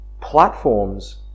Platforms